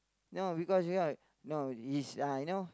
no because right no it's uh you know